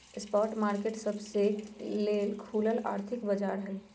spot market सबके लेल खुलल आर्थिक बाजार हइ